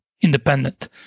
independent